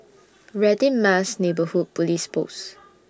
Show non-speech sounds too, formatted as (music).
Radin Mas Neighbourhood Police Post (noise)